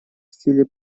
стиле